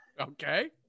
Okay